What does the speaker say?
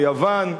ביוון,